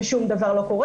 ושום דבר לא קורה,